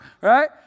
right